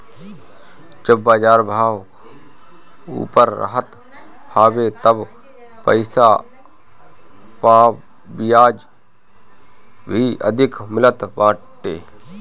जब बाजार भाव ऊपर रहत हवे तब पईसा पअ बियाज भी अधिका मिलत बाटे